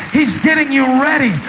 he's getting you ready.